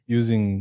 using